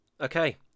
okay